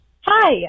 Hi